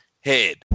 head